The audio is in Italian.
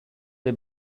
dei